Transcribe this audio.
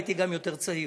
הייתי גם יותר צעיר.